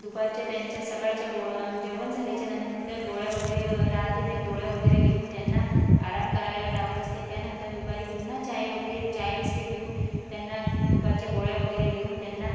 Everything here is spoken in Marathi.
दुपारच्या त्यांच्या सकाळच्या गो जेवण झाल्याच्यानंतर गोळ्या वगैरे राहते त्या गोळ्या वगैरे देऊन त्यांना आराम करायला लावत असते त्यानंतर दुपारी पुन्हा चाय वगैरे चाय बिस्किट देऊन त्यांना दुपारच्या गोळ्या वगैरे देऊन त्यांना